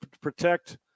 protect